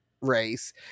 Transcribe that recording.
race